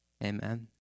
Amen